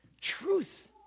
Truth